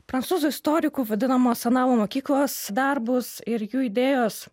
prancūzų istorikų vadinamos analų mokyklos darbus ir jų idėjos